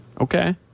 Okay